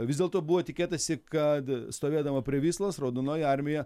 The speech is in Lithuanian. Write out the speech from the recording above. vis dėlto buvo tikėtasi kad stovėdama prie vyslos raudonoji armija